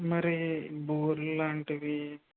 మరి బూరెలలాంటివి